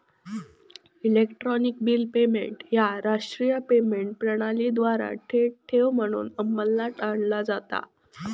electronic bill payment ह्या राष्ट्रीय payment प्रणालीद्वारा थेट ठेव म्हणून अंमलात आणला जाता